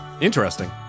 Interesting